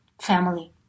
family